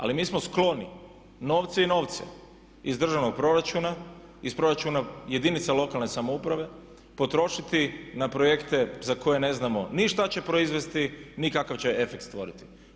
Ali mi smo skloni novce i novce iz državnog proračuna, iz proračuna jedinica lokalne samouprave potrošiti na projekte za koje ne znamo ni šta će proizvesti ni kakav će efekt stvoriti.